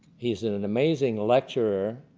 he is an an amazing lecturer.